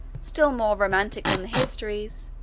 still more romantic than the histories,